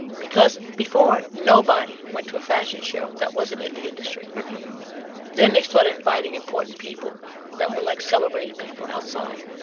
because before, nobody went to a fashion show that wasn't in the industry then they started inviting important people that were, like, celebrated people outside.